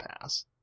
Pass